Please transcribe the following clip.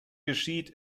geschieht